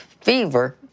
fever